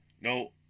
No